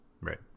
Right